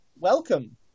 welcome